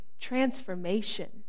transformation